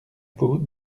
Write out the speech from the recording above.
peau